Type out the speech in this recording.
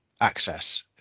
access